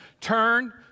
turn